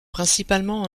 principalement